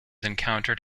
encountered